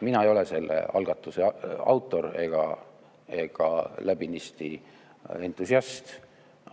Mina ei ole selle algatuse autor ega läbinisti entusiast.